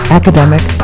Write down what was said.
academic